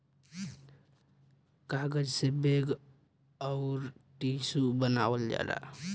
कागज से बैग अउर टिशू बनावल जाला